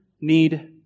need